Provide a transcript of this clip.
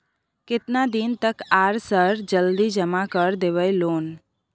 केतना दिन तक आर सर जल्दी जमा कर देबै लोन?